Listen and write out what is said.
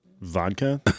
Vodka